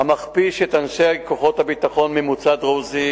המכפיש את אנשי כוחות הביטחון ממוצא דרוזי,